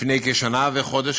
לפני כשנה וחודש,